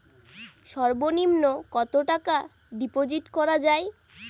সর্ব নিম্ন কতটাকা ডিপোজিট করা য়ায়?